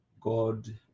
God